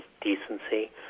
decency